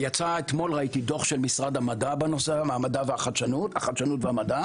יצא אתמול דוח של משרד החדשנות והמדע